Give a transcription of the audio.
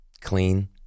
clean